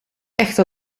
echte